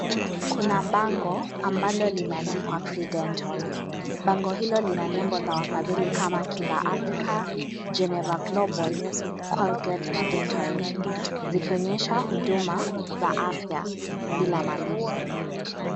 Kuna bango ambalo limeandikwa free dental. Bango hilo lina nembo za wafadhili kama Kinga Africa, Geneva Global, Colgate na Dentoid. Zikionyesha huduma za afya bila malipo.